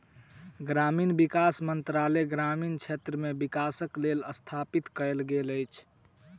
ग्रामीण विकास मंत्रालय ग्रामीण क्षेत्र मे विकासक लेल स्थापित कयल गेल अछि